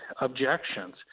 objections